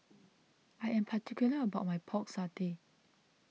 I am particular about my Pork Satay